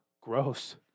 gross